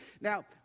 Now